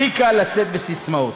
הכי קל לצאת בססמאות,